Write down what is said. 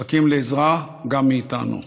מחכים לעזרה גם מאיתנו.